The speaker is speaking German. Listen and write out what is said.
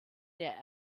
der